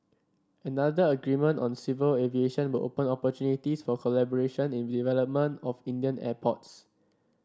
another agreement on civil aviation will open opportunities for collaboration in development of Indian airports